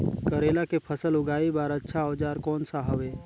करेला के फसल उगाई बार अच्छा औजार कोन सा हवे?